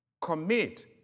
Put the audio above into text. Commit